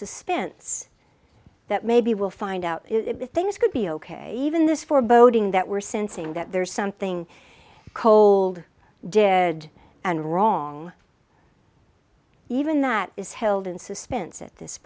suspense that maybe we'll find out if things could be ok even this foreboding that we're sensing that there's something cold dead and wrong even that is held in suspense at this